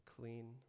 clean